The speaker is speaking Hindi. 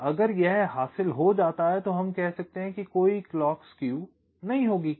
और अगर यह हासिल हो जाता है तो हम कह सकते हैं कि कोई क्लॉक स्केव नहीं होगी